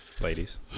Ladies